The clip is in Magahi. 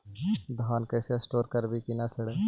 धान कैसे स्टोर करवई कि न सड़ै?